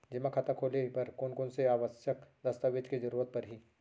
जेमा खाता खोले बर कोन कोन से आवश्यक दस्तावेज के जरूरत परही?